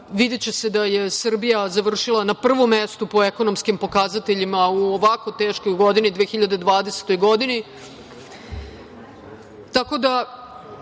Videće se da je Srbija završila na prvom mestu po ekonomskim pokazateljima u ovako teškoj godini, 2020. godini,